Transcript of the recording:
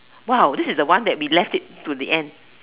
!wow! this is the one that we left it to the end